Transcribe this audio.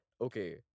okay